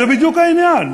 זה בדיוק העניין,